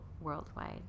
worldwide